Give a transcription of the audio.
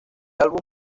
álbum